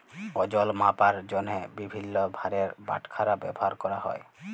ওজল মাপার জ্যনহে বিভিল্ল্য ভারের বাটখারা ব্যাভার ক্যরা হ্যয়